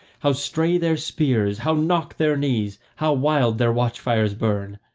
how stray their spears, how knock their knees, how wild their watchfires burn!